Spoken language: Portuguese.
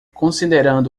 considerando